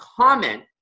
comment